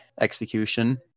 execution